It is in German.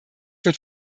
wird